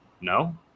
No